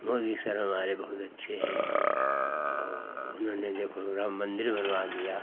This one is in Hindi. मोदी सर हमारे बहुत अच्छे हैं औ उन्होंने देखो राम मन्दिर बनवा दिया